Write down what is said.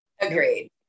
Agreed